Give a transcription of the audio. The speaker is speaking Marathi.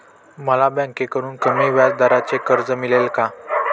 मला बँकेकडून कमी व्याजदराचे कर्ज मिळेल का?